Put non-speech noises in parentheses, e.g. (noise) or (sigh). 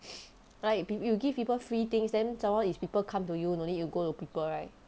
(noise) like you give people free things then some more is people come to you no need you go to people right